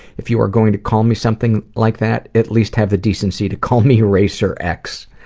if you are going to call me something like that at least have the decency to call me racer x.